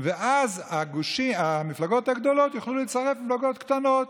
ואז המפלגות הגדולות יוכלו לצרף מפלגות קטנות.